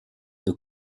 nos